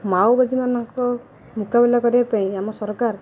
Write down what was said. ମାଓବାଦୀମାନଙ୍କ ମୁକାବିଲା କରିବା ପାଇଁ ଆମ ସରକାର